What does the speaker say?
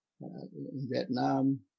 Vietnam